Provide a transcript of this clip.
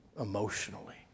emotionally